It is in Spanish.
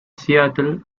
seattle